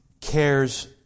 cares